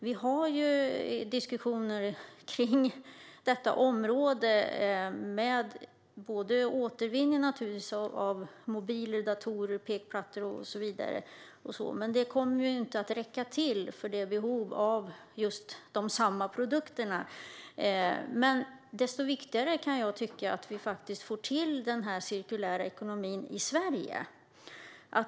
Vi har diskussioner på området när det gäller återvinning av mobiler, datorer, pekplattor och så vidare. Men det kommer inte att räcka till för behovet av dessa produkter. Desto viktigare tycker jag att det är att vi får till cirkulär ekonomi i Sverige.